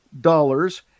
dollars